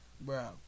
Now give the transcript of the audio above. Bro